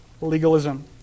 legalism